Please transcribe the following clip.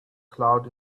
cloud